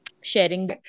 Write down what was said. sharing